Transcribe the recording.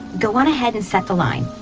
go on ahead and set the line.